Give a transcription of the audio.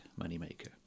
moneymaker